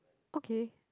okay